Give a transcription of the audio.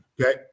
Okay